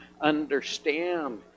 understand